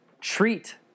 treat